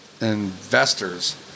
investors